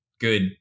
good